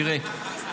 תראה,